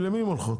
למי הן הולכות?